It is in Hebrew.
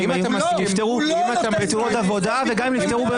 גם אם הם נפטרו בתאונות עבודה, וגם אם נפטרו,